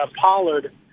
Pollard